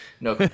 no